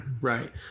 Right